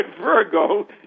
Virgo